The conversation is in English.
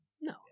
No